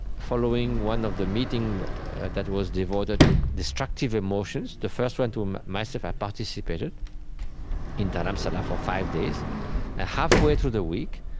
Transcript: following one of the meetings that was devoted to destructive emotions, the first one um myself, i participated in dharamsala for five days. and halfway through the week,